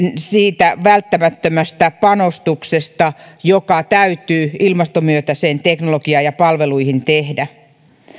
siitä välttämättömästä panostuksesta joka täytyy ilmastomyönteiseen teknologiaan ja palveluihin tehdä